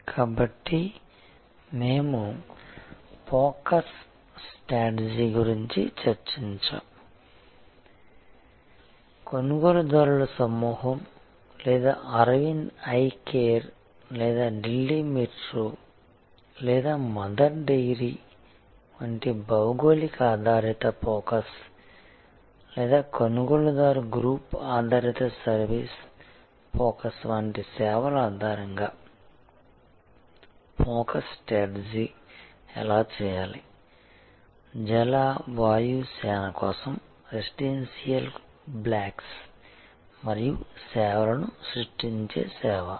png కాబట్టి మేము focus strategy గురించి కూడా చర్చించాము కొనుగోలుదారుల సమూహం లేదా అరవింద్ ఐ కేర్ లేదా ఢిల్లీ మెట్రో లేదా మదర్ డెయిరీ వంటి భౌగోళిక ఆధారిత ఫోకస్ లేదా కొనుగోలుదారు గ్రూప్ ఆధారిత సర్వీస్ ఫోకస్ వంటి సేవల ఆధారంగా ఫోకస్ స్ట్రాటజీ ఎలా చేయాలి జల వాయు సేన కోసం రెసిడెన్షియల్ బ్లాక్స్ మరియు సేవలను సృష్టించే సేవ